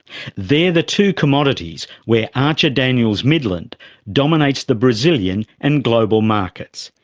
the the two commodities where archer daniels midland dominates the brazilian and global markets.